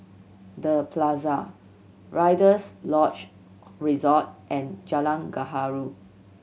The Plaza Rider's Lodge Resort and Jalan Gaharu